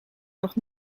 nog